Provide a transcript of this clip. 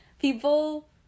People